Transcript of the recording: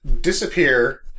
disappear